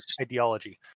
ideology